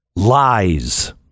lies